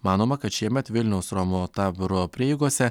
manoma kad šiemet vilniaus romų taboro prieigose